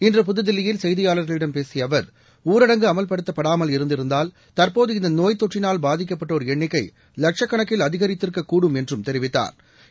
இன்று புதுதில்லியில் செய்தியாளர்களிடம் பேசியஅவர் ஊரடங்கு அமல்படுத்தப்படாமல் இருந்திருந்தால் தற்போது இந்தநோய் தொற்றினால் பாதிக்கப்படோர் எண்ணிக்கைலட்சக்கணக்கில் அதிகரித்திருக்கக்கூடும் என்றம் தெரிவித்தாா்